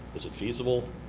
is it feasible?